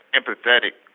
empathetic